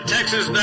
Texas